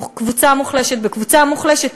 קבוצה מוחלשת בקבוצה מוחלשת,